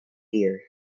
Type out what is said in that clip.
deer